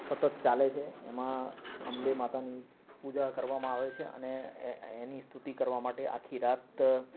સતત ચાલે છે એમાં અંબે માતાની પૂજા કરવામાં આવે છે અને એની સ્તુતિ કરવા માટે આખી રાત